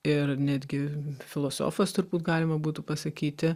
ir netgi filosofas turbūt galima būtų pasakyti